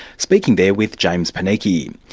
speaking there with james panichi.